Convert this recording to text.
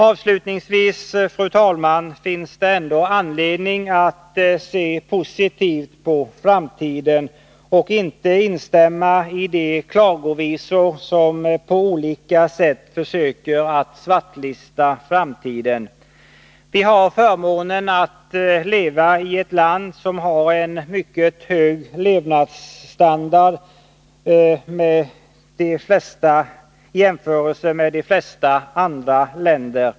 Avslutningsvis, fru talman: Det finns ändå anledning att se positivt på framtiden och inte stämma in i de klagovisor som på olika sätt försöker svartmåla framtiden. Vi har förmånen att leva i ett land med mycket hög levnadsstandard i jämförelse med de flesta andra länder.